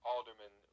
Alderman